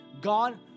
God